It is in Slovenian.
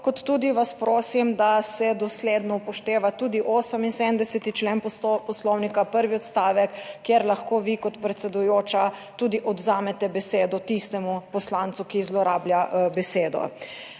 Kot tudi vas prosim, da se dosledno upošteva tudi 78. člen Poslovnika, prvi odstavek, kjer lahko vi kot predsedujoča tudi odvzamete besedo tistemu poslancu, ki zlorablja besedo.